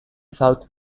south